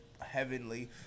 heavenly